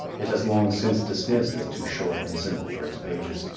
it has long since dismissed as too short and simple for its pages,